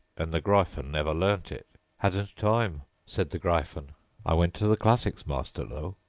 and the gryphon never learnt it hadn't time said the gryphon i went to the classics master, though.